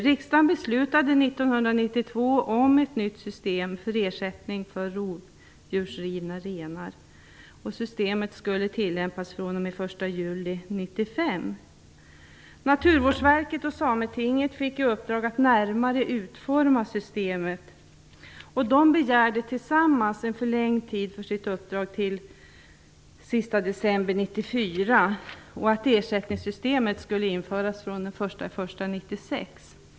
Riksdagen beslutade 1992 om ett nytt system för ersättning för rovdjursrivna renar, och systemet skulle tillämpas fr.o.m. den 1 juli 1995. Naturvårdsverket och Sametinget fick i uppdrag att närmare utforma systemet, och de begärde tillsammans en förlängd tid för sitt uppdrag till den sista december 1994 och att ersättningssystemet skulle införas den 1 januari 1996.